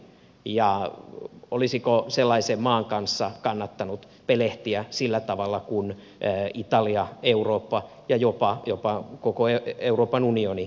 ja olisiko sellaisen maan kanssa kannattanut pelehtiä sillä tavalla kuin italia eurooppa ja jopa koko euroopan unioni toimi